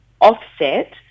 offset